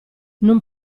non